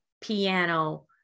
piano